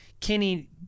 Kenny